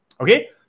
okay